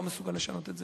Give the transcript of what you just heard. לא מסוגל לשנות את זה.